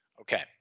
Okay